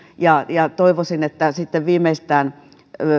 toivoisin että viimeistään